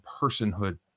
personhood